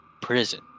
prison